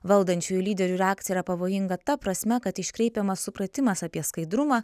valdančiųjų lyderių reakcija yra pavojinga ta prasme kad iškreipiamas supratimas apie skaidrumą